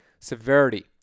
severity